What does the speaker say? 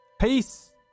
peace